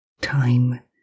time